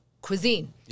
cuisine